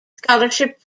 scholarship